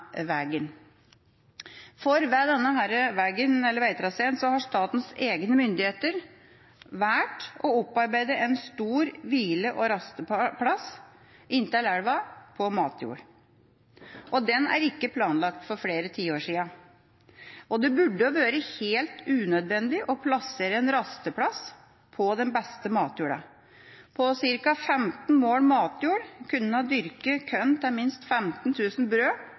Ved denne veitraseen har statens egne myndigheter valgt å opparbeide en stor hvile- og rasteplass inntil elva – på matjord. Og den er ikke planlagt for flere tiår siden. Det burde vært helt unødvendig å plassere en rasteplass på den beste matjorda. På ca. 15 mål matjord kunne man dyrket korn til minst 15 000 brød